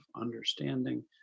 understanding